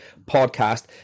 podcast